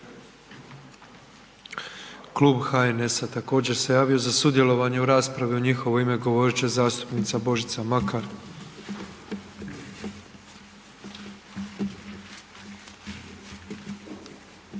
Klub HNS-a također se javio za sudjelovanje u raspravi, u njihovo ime govorit će zastupnica Božica Makar.